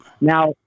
Now